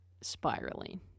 spiraling